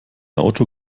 auto